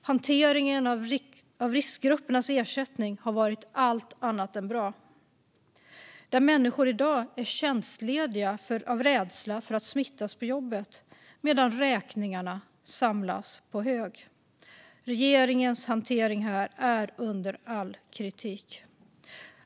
Hanteringen av riskgruppernas ersättning har varit allt annat än bra. Människor är i dag tjänstlediga av rädsla för att smittas på jobbet, medan räkningarna samlas på hög. Regeringens hantering här är under all kritik.